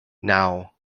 naŭ